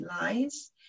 lies